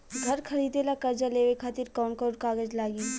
घर खरीदे ला कर्जा लेवे खातिर कौन कौन कागज लागी?